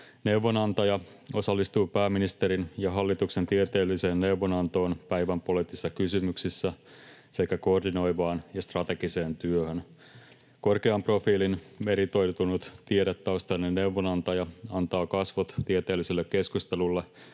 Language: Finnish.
Neuvonantaja osallistuu pääministerin ja hallituksen tieteelliseen neuvonantoon päivänpoliittisissa kysymyksissä sekä koordinoivaan ja strategiseen työhön. Korkean profiilin meritoitunut tiedetaustainen neuvonantaja antaa kasvot tieteelliselle keskustelulle